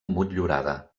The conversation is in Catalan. motllurada